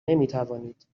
نمیتوانید